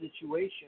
situation